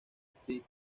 street